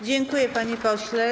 Dziękuję, panie pośle.